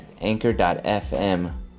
anchor.fm